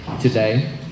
today